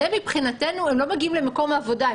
הם מבחינתנו לא מגיעים למקום עבודה.